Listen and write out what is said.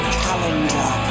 calendar